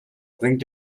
bringt